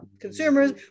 consumers